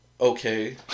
okay